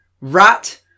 rat